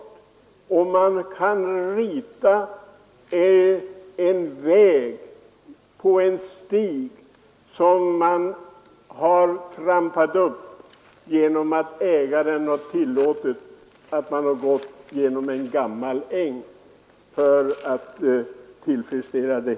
Det kan t.ex. gälla en väg inritad på kartan efter en upptrampad stig genom en äng som man ägde.